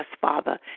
Father